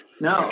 No